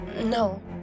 No